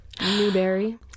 Newberry